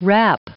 Wrap